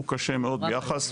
הוא קשה מאוד ביחס לאחרים,